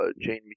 Jane